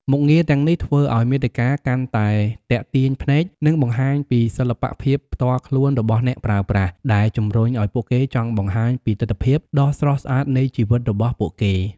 មុខងារទាំងនេះធ្វើឱ្យមាតិកាកាន់តែទាក់ទាញភ្នែក និងបង្ហាញពីសិល្បៈភាពផ្ទាល់ខ្លួនរបស់អ្នកប្រើប្រាស់ ដែលជំរុញឱ្យពួកគេចង់បង្ហាញពីទិដ្ឋភាពដ៏ស្រស់ស្អាតនៃជីវិតរបស់ពួកគេ។